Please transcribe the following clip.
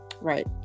Right